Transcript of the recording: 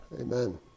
Amen